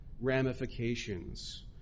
ramifications